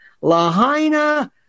Lahaina